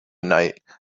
night